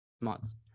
months